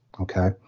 okay